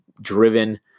driven